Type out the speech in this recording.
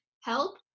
help